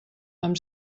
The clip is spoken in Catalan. amb